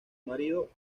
marido